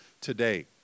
today